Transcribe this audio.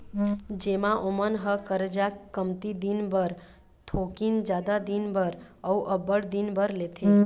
जेमा ओमन ह करजा कमती दिन बर, थोकिन जादा दिन बर, अउ अब्बड़ दिन बर लेथे